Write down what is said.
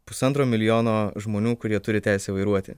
pusantro milijono žmonių kurie turi teisę vairuoti